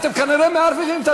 אני לא יודע מה יש לכם.